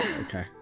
Okay